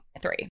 three